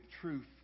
truth